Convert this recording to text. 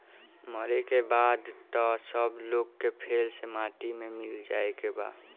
मरे के बाद त सब लोग के फेर से माटी मे मिल जाए के बा